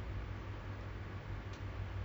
six people is too crowded already bro